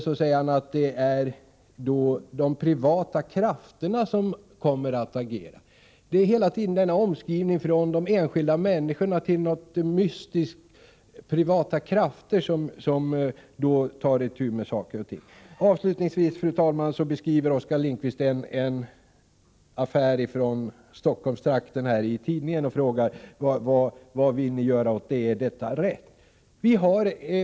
Så säger han att det är de ”privata krafterna” som kommer att agera. Det är hela tiden denna omskrivning av de enskilda människorna till något mystiskt, ”privata krafter”, som tar itu med saker och ting. Avslutningsvis, fru talman, beskrev Oskar Lindkvist en tidningsuppgift om en affär i Stockholmstrakten och frågade: Vad vill ni göra åt detta? Är detta rätt?